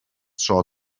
tro